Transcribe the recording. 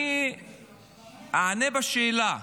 אני אענה בשאלה: